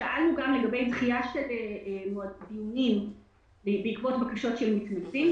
שאלנו גם לגבי דחייה של דיונים בעקבות בקשות של מתנגדים.